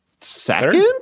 second